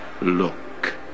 look